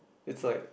it's like